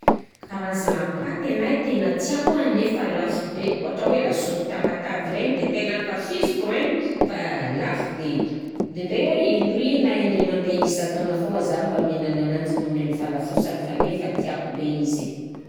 Karazagna paty anahy tegna tiako nefa lafo be ôhatra hoe lasopy tamatave regny, de tegna ankafiziko regny fa lafo be, indraindra hoe indroy na indray mandeh isan-taona fôgna zah mba minana ananjy noho amin'ny fahalafosany nefa tiako be izy.